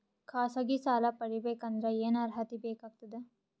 ಖಾಸಗಿ ಸಾಲ ಪಡಿಬೇಕಂದರ ಏನ್ ಅರ್ಹತಿ ಬೇಕಾಗತದ?